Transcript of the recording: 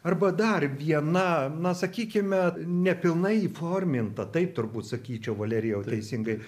arba dar viena na sakykime nepilnai įforminta taip turbūt sakyčiau valerijau teisingai